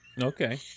Okay